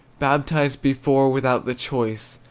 baptized before without the choice,